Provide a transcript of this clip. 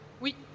Oui